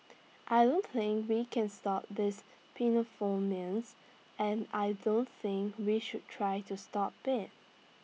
I don't think we can stop this and I don't think we should try to stop IT